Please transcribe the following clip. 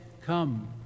come